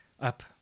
up